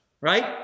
right